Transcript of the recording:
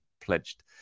pledged